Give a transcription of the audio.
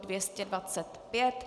225.